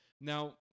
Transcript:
Now